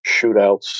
shootouts